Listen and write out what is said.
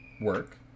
work